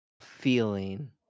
feeling